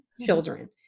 children